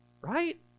Right